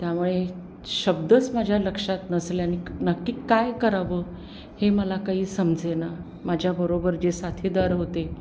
त्यामुळे शब्दच माझ्या लक्षात नसल्याने नक्की काय करावं हे मला काही समजेना माझ्याबरोबर जे साथीदार होते